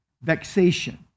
Vexation